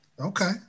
Okay